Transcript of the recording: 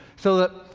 so that,